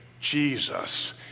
Jesus